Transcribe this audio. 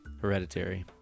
Hereditary